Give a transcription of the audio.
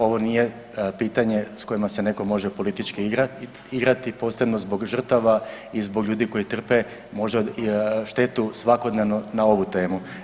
Ovo nije pitanje s kojima se neko može politički igrati, posebno zbog žrtava i zbog ljudi koji trpe možda štetu svakodnevno na ovu temu.